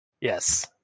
Yes